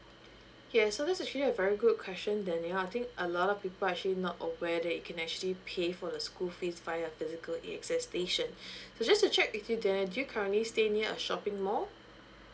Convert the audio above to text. yes so this is actually a very good question daniel I think a lot of people actually not aware they can actually pay for the school fees via a physical AXs station so just to check if you daniel do you currently stay near a shopping mall